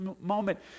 moment